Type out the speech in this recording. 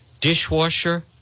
Dishwasher